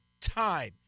time